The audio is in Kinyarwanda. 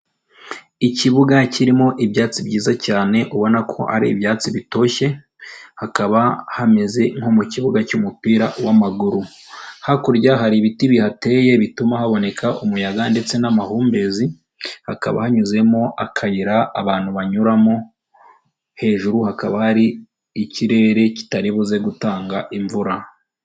Ikibuga kirimo ibyatsi byiza cyane, ubona ko ari ibyatsi bitoshye, hakaba hameze nko mu kibuga cy'umupira w'amaguru. Hakurya hari ibiti bihateye bituma haboneka umuyaga ndetse n'amahumbezi, hakaba hanyuzemo akayira abantu banyuramo, hejuru hakaba hari ikirere kitaribuze gutanga imvura.